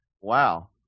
wow